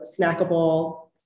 snackable